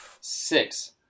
Six